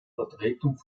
vertretung